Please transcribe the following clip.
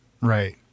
Right